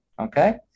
Okay